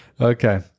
okay